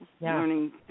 learning